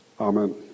amen